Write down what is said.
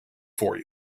for